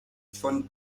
von